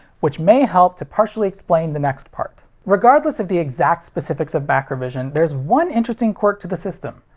which may help to partially explain the next part regardless of the exact specifics of macrovision, there's one interesting quirk to the system.